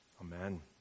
Amen